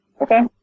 Okay